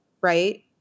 right